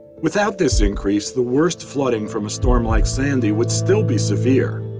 without this increase, the worst flooding from a storm like sandy would still be severe,